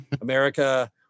America